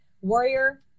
Warrior